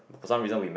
for some reason we met